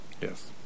Yes